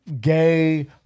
gay